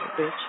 bitch